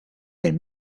been